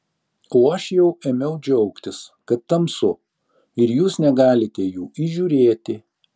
o aš jau ėmiau džiaugtis kad tamsu ir jūs negalite jų įžiūrėti